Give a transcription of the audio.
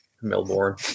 Melbourne